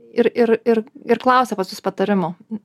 ir ir ir ir klausia pas jus patarimo